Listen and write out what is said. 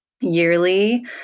yearly